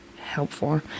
helpful